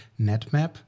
NetMap